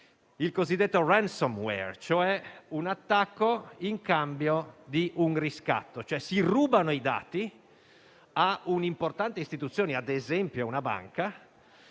il cosiddetto *ransomware*, cioè un attacco in cambio di un riscatto: si rubano i dati a un'importante istituzione, ad esempio ad una banca,